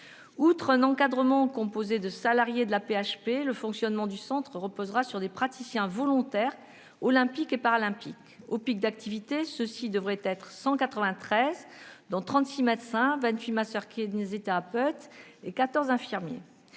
Outre un encadrement composé de salariés de l'AP-HP, le fonctionnement du centre reposera sur des praticiens volontaires olympiques et paralympiques. Au pic d'activité, ceux-ci devraient être au nombre de 193, dont 36 médecins, 28 masseurs-kinésithérapeutes et 14 infirmiers.